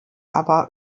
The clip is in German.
aber